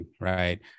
right